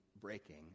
breaking